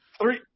Three